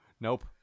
Nope